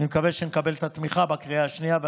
אני מקווה שנקבל את התמיכה בקריאה השנייה והשלישית.